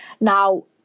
now